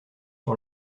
sur